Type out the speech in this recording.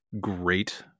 great